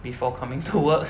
before coming to work